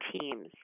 teams